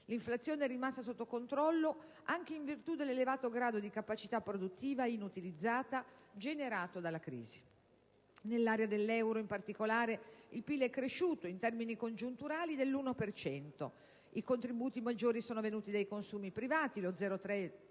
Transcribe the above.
L'inflazione è rimasta sotto controllo anche in virtù dell'elevato grado di capacità produttiva inutilizzata generato dalla crisi. Nell'area dell'euro, in particolare, il PIL è cresciuto, in termini congiunturali, dell'1 per cento. I contributi maggiori sono venuti dai consumi privati (0,3